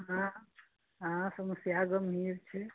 हँ हँ समस्या गंभीर छै